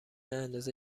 اندازه